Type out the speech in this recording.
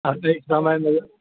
कतेक समय भेल